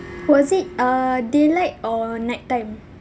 was it uh daylight or nighttime